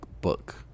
book